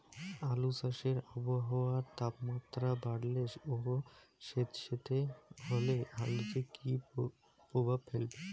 আলু চাষে আবহাওয়ার তাপমাত্রা বাড়লে ও সেতসেতে হলে আলুতে কী প্রভাব ফেলবে?